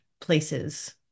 places